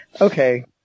Okay